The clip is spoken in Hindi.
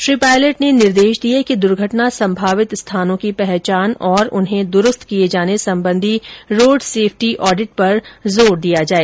श्री पायलट ने निर्देश दिए कि द्र्घटना सम्भावित स्थानों की पहचान और उन्हें दुरुस्त किए जाने सम्बंधी रोड सेफ्टी ऑडिट पर जोर दिया जाए